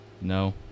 No